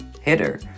hitter